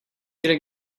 gonna